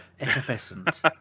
effervescent